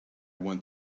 want